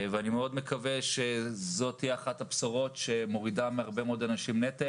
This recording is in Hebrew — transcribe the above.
אני מקווה מאוד שזאת תהיה אחת הבשורות שמורידה מהרבה מאוד אנשים נטל.